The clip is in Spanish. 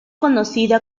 conocida